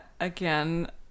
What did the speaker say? Again